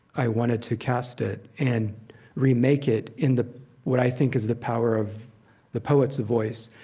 i wanted to cast it, and remake it in the what i think is the power of the poet's voice.